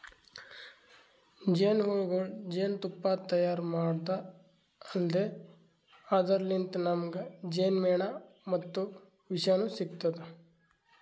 ಜೇನಹುಳಗೊಳ್ ಜೇನ್ತುಪ್ಪಾ ತೈಯಾರ್ ಮಾಡದ್ದ್ ಅಲ್ದೆ ಅದರ್ಲಿನ್ತ್ ನಮ್ಗ್ ಜೇನ್ಮೆಣ ಮತ್ತ್ ವಿಷನೂ ಸಿಗ್ತದ್